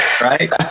right